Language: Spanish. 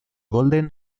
golden